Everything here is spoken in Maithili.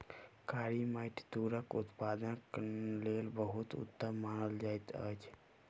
कारी माइट तूरक उत्पादनक लेल बहुत उत्तम मानल जाइत अछि